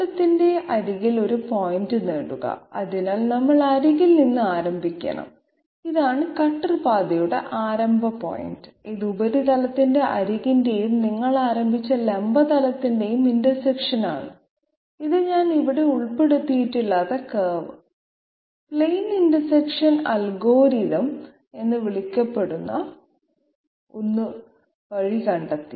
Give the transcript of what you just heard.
ഉപരിതലത്തിന്റെ അരികിൽ ഒരു പോയിന്റ് നേടുക അതിനാൽ നമ്മൾ അരികിൽ നിന്ന് ആരംഭിക്കണം ഇതാണ് കട്ടർ പാതയുടെ ആരംഭ പോയിന്റ് ഇത് ഉപരിതലത്തിന്റെ അരികിന്റെയും നിങ്ങൾ ആരംഭിച്ച ലംബ തലത്തിന്റെയും ഇന്റർസെക്ഷനാണ് ഇത് ഞാൻ ഇവിടെ ഉൾപ്പെടുത്തിയിട്ടില്ലാത്ത കർവ് പ്ലെയിൻ ഇന്റർസെക്ഷൻ അൽഗോരിതം എന്ന് വിളിക്കപ്പെടുന്ന ഒന്ന് വഴി കണ്ടെത്തി